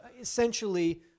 essentially